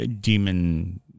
demon